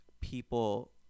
people